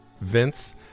Vince